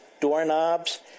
doorknobs